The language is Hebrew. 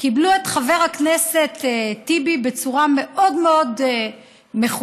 קיבלו את חבר הכנסת טיבי בצורה מאוד מאוד מכובדת,